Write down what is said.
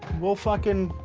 we'll fucking